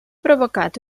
provocat